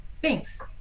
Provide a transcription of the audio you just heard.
Thanks